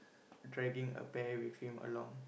dragging a bear with him along